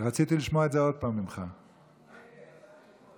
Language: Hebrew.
רציתי לשמוע את זה ממך עוד פעם.